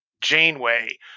Janeway